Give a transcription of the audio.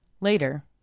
Later